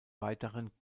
weiteren